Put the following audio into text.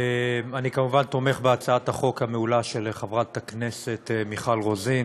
אני כמובן תומך בהצעת החוק המעולה של חברת הכנסת מיכל רוזין,